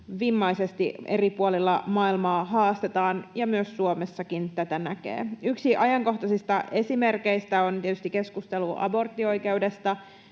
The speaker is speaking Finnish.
vimmaisesti eri puolilla maailmaa haastetaan. Tätä näkee myös Suomessakin. Yksi ajankohtaisista esimerkeistä on tietysti keskustelu aborttioikeudesta.